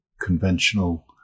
conventional